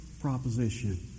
proposition